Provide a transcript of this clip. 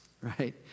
right